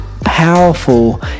powerful